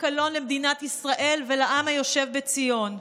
קלון למדינת ישראל ולעם היושב בציון.